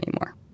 anymore